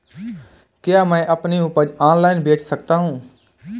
क्या मैं अपनी उपज ऑनलाइन बेच सकता हूँ?